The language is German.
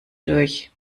durch